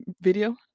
video